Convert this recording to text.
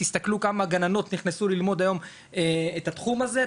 תסתכלו כמה גננות היום נכנסו ללמוד את התחום הזה,